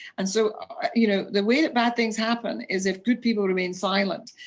and so you know the way that bad things happen is if good people remain silent,